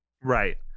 Right